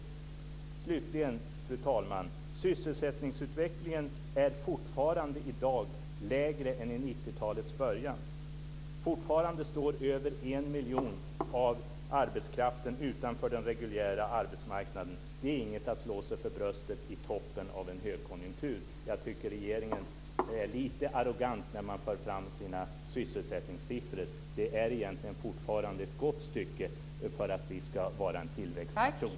Slutligen, fru talman: Sysselsättningsutvecklingen är fortfarande i dag sämre än vid 90-talets början. Fortfarande står över en miljon människor ur arbetskraften utanför den reguljära arbetsmarknaden. Det är inget att slå sig för bröstet för i toppen av en högkonjunktur. Jag tycker att regeringen är lite arrogant när man för fram sina sysselsättningssiffror. Det är egentligen fortfarande ett gott stycke kvar för att vi ska vara en tillväxtnation.